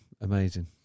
amazing